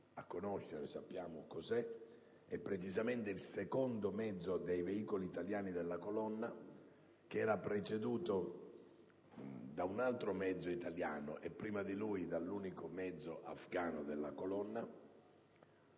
a conoscere, sappiamo cos'è - e precisamente il secondo dei veicoli italiani della colonna, preceduto da un altro mezzo italiano e, prima di questo, dall'unico mezzo afgano della colonna